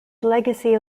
legacy